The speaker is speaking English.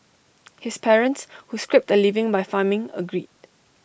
his parents who scraped A living by farming agreed